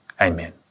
Amen